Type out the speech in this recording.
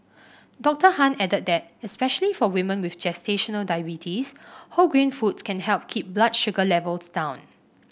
Doctor Han added that especially for women with gestational diabetes whole grain foods can help keep blood sugar levels down